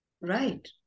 Right